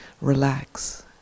relax